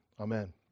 Amen